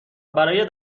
برای